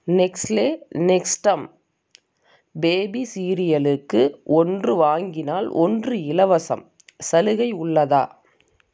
Nestle Nestum baby சீரியலுக்கு ஒன்று வாங்கினால் ஒன்று இலவசம் சலுகை உள்ளதா